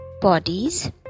bodies